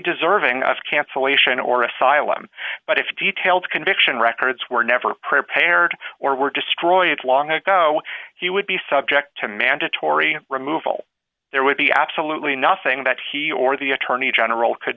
deserving of cancellation or asylum but if details conviction records were never prepared or were destroyed long ago he would be subject to mandatory removal there would be absolutely nothing that he or the attorney general could